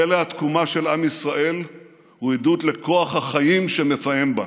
פלא התקומה של עם ישראל הוא עדות לכוח החיים שמפעם בנו.